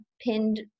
pinned